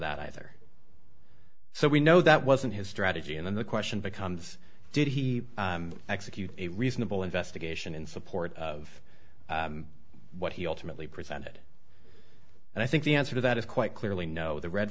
that either so we know that wasn't his strategy and then the question becomes did he execute a reasonable investigation in support of what he ultimately presented and i think the answer to that is quite clearly no the red